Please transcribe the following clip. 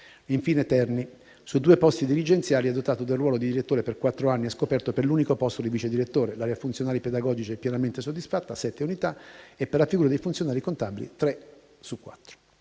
di Terni, su due posti dirigenziali, è dotato del ruolo di direttore per quattro anni ed è scoperto per l'unico posto di vicedirettore. L'area funzionari pedagogici è pienamente soddisfatta, con le sette unità presenti, e per la figura dei funzionari contabili sono